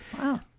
Wow